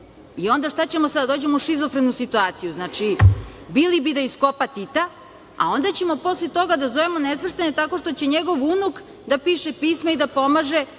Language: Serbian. Onda, šta ćemo sad? Da dođemo u šizofrenu situaciju? Znači, Bili bi da iskopa Tita, a onda ćemo posle toga da zovemo Nesvrstane tako što će njegov unuk da piše pisma i da pomaže